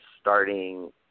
starting